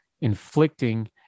inflicting